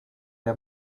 der